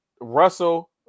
Russell